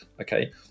okay